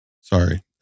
Sorry